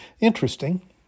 Interesting